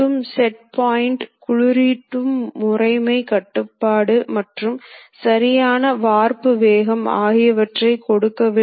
ஆனால் குறைபாடு என்னவென்றால் அதன் செயல்பாட்டிற்கு அதிக திறமையான ஆபரேட்டர் தேவைப்படுகிறது